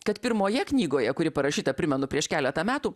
kad pirmoje knygoje kuri parašyta primenu prieš keletą metų